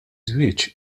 żwieġ